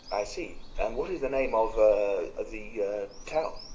i see. and what is the name of a the a town?